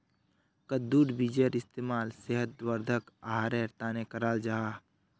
कद्दुर बीजेर इस्तेमाल सेहत वर्धक आहारेर तने कराल जाहा